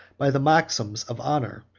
by the maxims of honor,